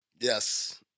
Yes